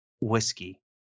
whiskey